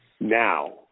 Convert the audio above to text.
now